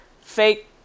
fake